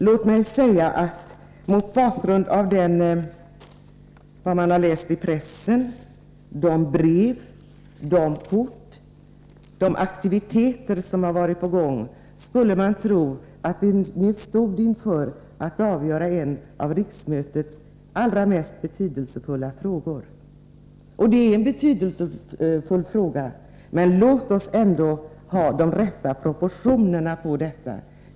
Låt mig bara säga att man — mot bakgrund av vad vi har kunnat läsa i pressen, de brev och kort som vi har fått och de aktiviteter som har varit — skulle kunna tro att vi nu stod inför att avgöra en av riksmötets allra mest betydelsefulla frågor. Det är en betydelsefull fråga, men låt oss ändå ge den de rätta proportionerna.